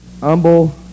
humble